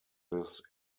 this